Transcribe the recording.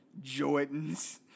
Jordans